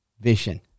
vision